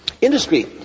industry